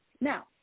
Now